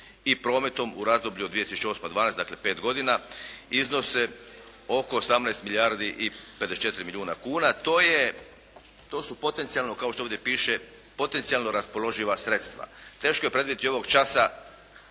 i prometom u razdoblju od 2008. do 2012. dakle, 5 godina, iznose oko 18 milijardi i 54 milijuna kuna. To je, to su potencijalno kao što ovdje piše, potencijalno raspoloživa sredstva. Teško je predvidjeti ovoga časa